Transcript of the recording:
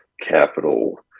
capital